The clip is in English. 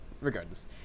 Regardless